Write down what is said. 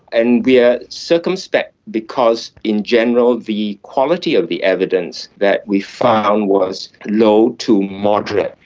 and we are circumspect because in general the quality of the evidence that we found was low to moderate.